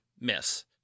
miss